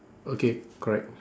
okay correct